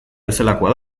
bezalakoa